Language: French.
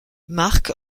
marc